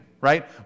right